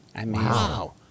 wow